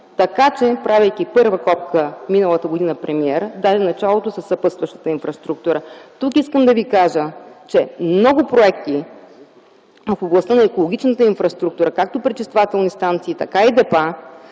така че, правейки първа копка миналата година, премиерът даде началото за съпътстващата инфраструктура. Тук искам да ви кажа, че много проекти в областта на екологичната инфраструктура, както пречиствателни станции, така и депа,